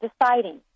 deciding